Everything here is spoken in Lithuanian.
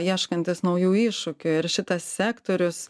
ieškantis naujų iššūkių ir šitas sektorius